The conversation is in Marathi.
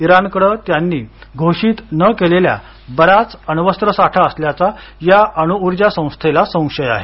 इराणकडं त्यांनी घोषित न केलेला बराच अण्वस्त्र साठा असल्याचा या अणु उर्जा संस्थेला संशय आहे